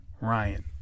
ryan